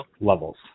Levels